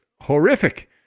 horrific